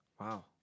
Wow